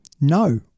no